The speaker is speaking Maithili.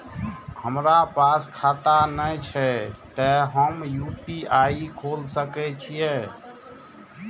हमरा पास खाता ने छे ते हम यू.पी.आई खोल सके छिए?